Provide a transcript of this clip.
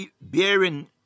bearing